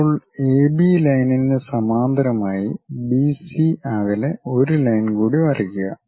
ഇപ്പോൾ എബി ലൈനിന് സമാന്തരമായി ബി സി അകലെ ഒരു ലൈൻ കൂടി വരയ്ക്കുക